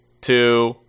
two